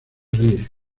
ríe